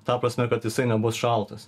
ta prasme kad jisai nebus šaltas